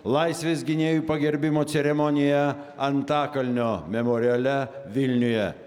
laisvės gynėjų pagerbimo ceremonija antakalnio memoriale vilniuje